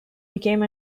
became